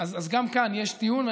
אז גם כאן יש טיעון.